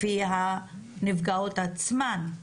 לפי הנפגעות עצמן,